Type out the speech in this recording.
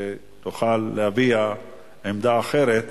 שתוכל להביע עמדה אחרת,